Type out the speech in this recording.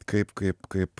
kaip kaip kaip